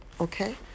okay